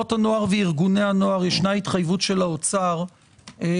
תנועות הנוער וארגוני הנוער יש התחייבות של האוצר מהתקציב